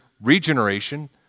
regeneration